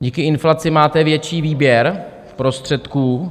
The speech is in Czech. Díky inflaci máte větší výběr prostředků.